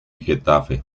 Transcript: getafe